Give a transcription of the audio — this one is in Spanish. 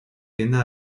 tienda